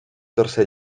tercer